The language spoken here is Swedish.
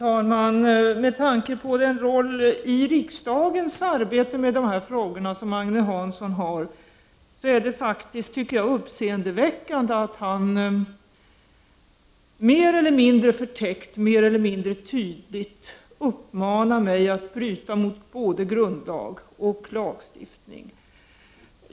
Fru talman! Med tanke på den roll i riksdagens arbete med de här frågorna som Agne Hansson har, tycker jag faktiskt att det är uppseendeväckande att han mer eller mindre förtäckt, mer eller mindre tydligt uppmanar mig att bryta mot både grundlag och lagstiftning.